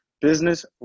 Business